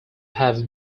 have